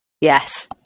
Yes